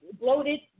bloated